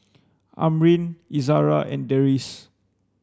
Amrin Izara and Deris